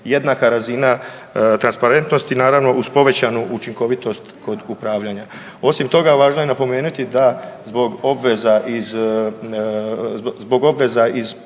jednaka razina transparentnosti, naravno uz povećanu učinkovitost kod upravljanja. Osim toga, važno je napomenuti da zbog obveza iz